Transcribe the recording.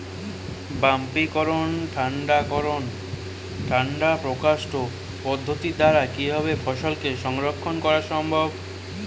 বাষ্পীকরন ঠান্ডা করণ ঠান্ডা প্রকোষ্ঠ পদ্ধতির দ্বারা কিভাবে ফসলকে সংরক্ষণ করা সম্ভব?